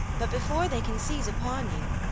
but before they can seize upon you,